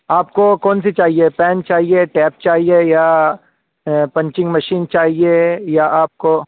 آپ کو کون سی چاہیے پین چاہیے ٹیپ چاہیے یا پنچنگ مشین چاہیے یا آپ کو